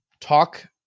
talk